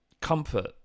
comfort